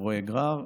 עם רועי גרר,